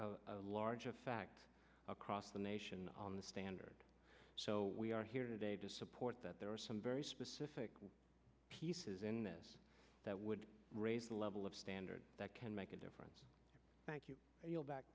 have a large effect across the nation on the standard so we are here today to support that there are some very specific pieces in this that would raise the level of standards that can make a difference thank you